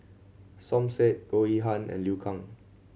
Som Said Goh Yihan and Liu Kang